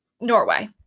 Norway